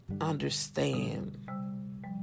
understand